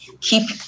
keep